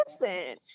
Listen